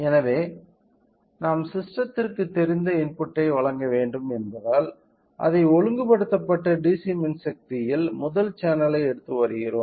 எனவே நாம் சிஸ்டத்திற்கு தெரிந்த இன்புட்டை வழங்க வேண்டும் என்பதால் அந்த ஒழுங்குபடுத்தப்பட்ட டிசி மின்சக்தியில் முதல் சேனலை எடுத்து வருகிறோம்